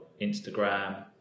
Instagram